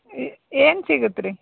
ಏನು ಸಿಗತ್ತೆ ರೀ